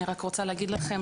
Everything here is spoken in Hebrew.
אני רק רוצה להגיד לכם,